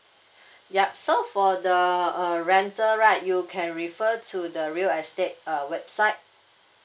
yup so for the uh rental right you can refer to the real estate uh website